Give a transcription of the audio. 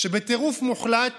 שבטירוף מוחלט